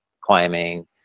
climbing